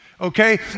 Okay